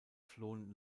flohen